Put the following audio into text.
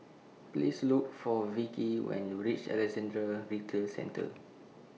Please Look For Vikki when YOU REACH Alexandra Retail Centre